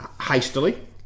hastily